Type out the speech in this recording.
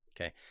Okay